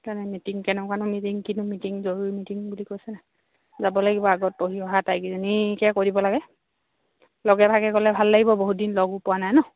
meeting কেনেকুৱানো meeting কিনো meeting জৰুৰী মিটিং বুলি কৈছে যাব লাগিব আগত পঢ়ি অহা আটাইকেজনজনীকে কৈ দিব লাগে লগে ভাগে গ'লে ভাল লাগিব বহুত দিন লগো পোৱা নাই ন